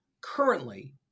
Currently